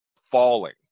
falling